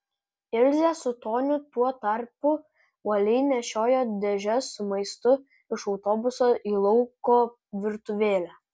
ilzė su toniu tuo tarpu uoliai nešiojo dėžes su maistu iš autobuso į lauko virtuvėlę